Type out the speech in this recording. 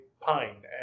pine